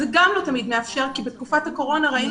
גם זה לא תמיד מאפשר כי בתקופת הקורונה ראינו